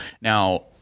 now